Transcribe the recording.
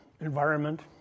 environment